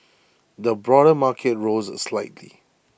the broader market rose slightly